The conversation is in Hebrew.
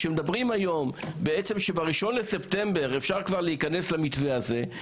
כשמדברים היום שב-1 בספטמבר אפשר כבר להיכנס למתווה הזה,